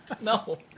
No